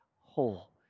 whole